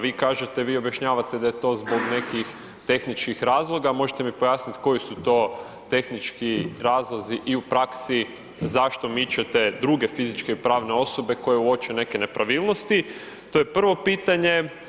Vi kažete vi objašnjavate da je to zbog nekih tehničkih razloga, možete li mi pojasniti koji su to tehnički razlozi i u praksi, zašto mičete druge fizičke i pravne osobe koje uopće neke nepravilnosti, to je prvo pitanje.